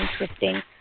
interesting